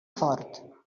fort